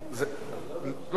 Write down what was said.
יכול להיות,